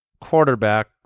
quarterback